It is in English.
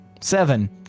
Seven